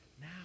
Now